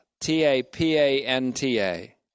T-A-P-A-N-T-A